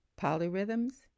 Polyrhythms